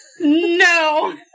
No